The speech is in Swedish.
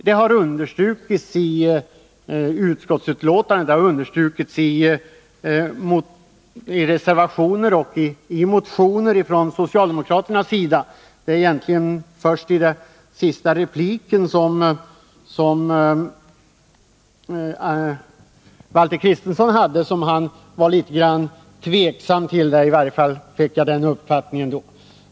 Detta understryks i utskottsbetänkandet, och det har också understrukits i motioner och reservationer från socialdemokraternas sida. Det är egentligen först i den senaste repliken som Valter Kristenson var litet tveksam till detta — i varje fall fick jag den uppfattningen.